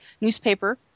newspaper